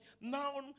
Now